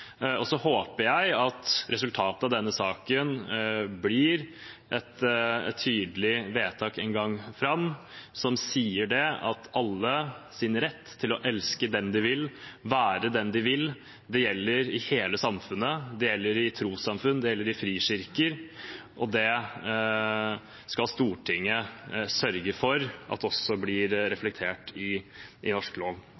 og så håper jeg at resultatet av denne saken en gang blir et tydelig vedtak som sier at alles rett til å elske den de vil, være den de vil, gjelder hele samfunnet, at det gjelder i trossamfunn, at det gjelder i frikirker. Det skal Stortinget sørge for blir